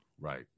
Right